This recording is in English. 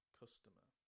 customer